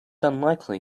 unlikely